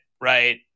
right